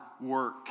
work